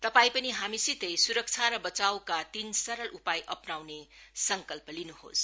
तपाई पनि हामीसितै सुरक्षा र वचाइका तीन सरल उपाय अप्नाउने संकल्प गर्नुहोस